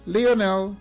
Leonel